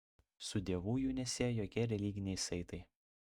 su dievu jų nesieja jokie religiniai saitai